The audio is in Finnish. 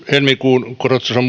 helmikuun korotustason